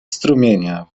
strumienia